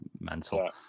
mental